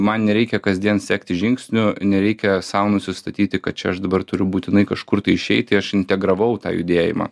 man nereikia kasdien sekti žingsnių nereikia sau nusistatyti kad čia aš dabar turiu būtinai kažkur tai išeiti aš integravau tą judėjimą